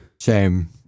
Shame